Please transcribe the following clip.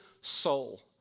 soul